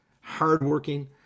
hardworking